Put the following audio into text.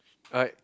like